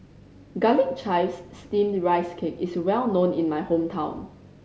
Garlic Chives Steamed Rice Cake is well known in my hometown